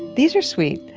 these are sweet.